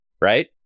right